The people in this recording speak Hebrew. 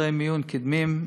חדרי מיון קדמיים,